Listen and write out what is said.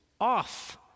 off